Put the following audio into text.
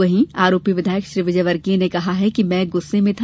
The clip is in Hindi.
वहीं आरोपी विधायक श्री विजयवर्गीय न कहा कि मैं बहुत गुस्से में था